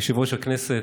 יושב-ראש הכנסת,